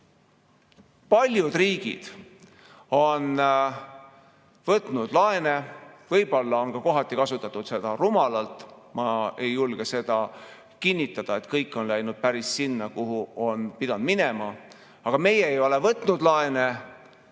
Paljud riigid on võtnud laene ja võib-olla kohati kasutanud seda rumalalt. Ma ei julge kinnitada, et kõik on läinud päris sinna, kuhu on pidanud minema. Aga meie ei ole olulisel